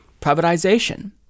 privatization